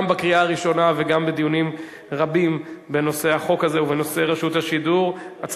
גם בקריאה הראשונה וגם בדיונים בנושא החוק הזה ובנושא רשות השידור כן,